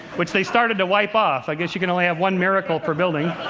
which they started to wipe off. i guess you can only have one miracle per building.